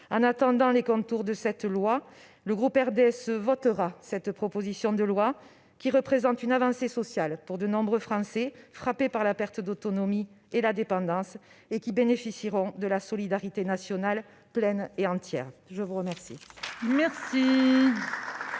En attendant les contours de ce texte, le groupe RDSE votera cette proposition de loi. Elle représente une avancée sociale pour de nombreux Français frappés par la perte d'autonomie et la dépendance, qui bénéficieront de la solidarité nationale pleine et entière. La parole